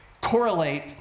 correlate